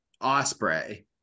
Osprey